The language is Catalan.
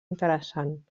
interessant